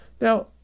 Now